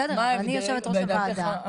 בסדר, אבל אני יושבת ראש הוועדה.